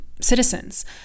citizens